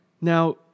Now